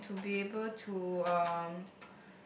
and to be able to um